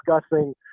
discussing